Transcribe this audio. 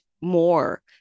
more